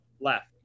left